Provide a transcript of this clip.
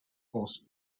force